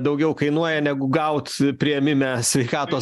daugiau kainuoja negu gaut priėmime sveikatos